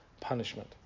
punishment